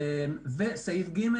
וסעיף ג'